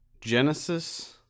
Genesis